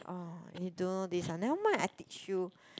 orh you don't know this ah never mind I teach you